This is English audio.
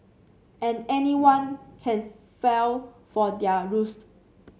and anyone can fell for their ruse